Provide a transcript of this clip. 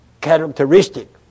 characteristic